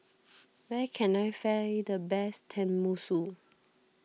where can I find the best Tenmusu